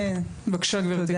בבקשה גבירתי.